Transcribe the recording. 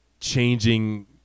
changing